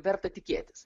verta tikėtis